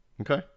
Okay